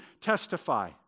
testify